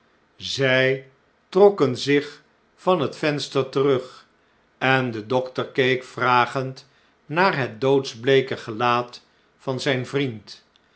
zy trokken zich van het venster terug en de dokter keek vragend naar het doodsbleeke gelaat van zijn vriend